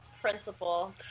principal